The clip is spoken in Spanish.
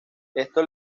esto